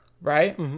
right